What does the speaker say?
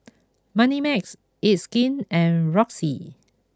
Moneymax it's skin and roxy